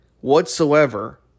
whatsoever